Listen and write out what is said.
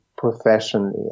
professionally